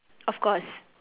of course